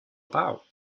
about